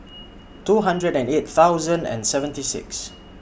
two hundred and eight thousand and seventy six